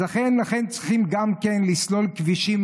אז לכן צריכים גם כן לסלול כבישים,